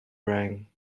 rang